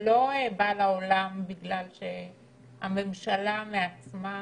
לא בא לעולם בגלל שהממשלה מעצמה